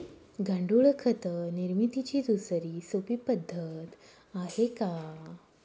गांडूळ खत निर्मितीची दुसरी सोपी पद्धत आहे का?